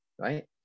right